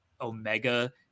Omega –